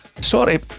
sorry